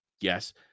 Yes